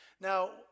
Now